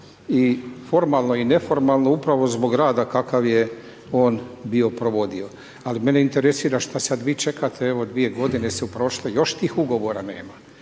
i formalno i neformalno upravo zbog rada kakav je on bio provodio. Ali, mene interesira šta sad vi čekate, evo dvije godine su prošle, još tih ugovora nema.